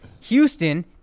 Houston